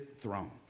throne